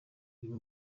uyu